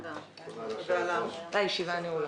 הישיבה נעולה.